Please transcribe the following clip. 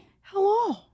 Hello